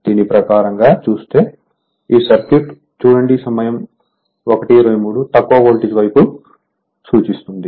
దీని ప్రకారంగా చూస్తే ఈ సర్క్యూట్ తక్కువ వోల్టేజ్ వైపు సూచిస్తుంది